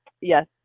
yes